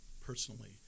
personally